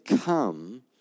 come